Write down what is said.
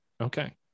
okay